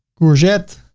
courgette,